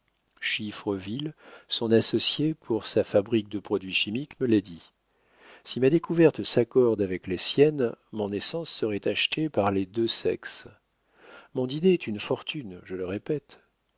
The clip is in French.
cheveux chiffreville son associé pour sa fabrique de produits chimiques me l'a dit si ma découverte s'accorde avec les siennes mon essence serait achetée par les deux sexes mon idée est une fortune je le répète